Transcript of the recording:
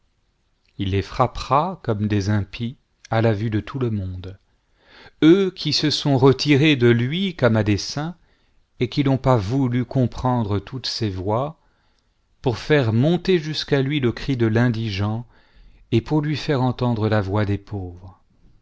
il les frappera comme des impies à la vue de tout le monde eux qui se sont retirés de lui comme à dessein et qui n'ont pas voulu comprendre toutes ses voies pour faire monter jusqu'à lui le cri de l'indigent et pour lui faire entendre la voix des pauvres